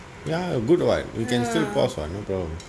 ya good what you can still pause what no problem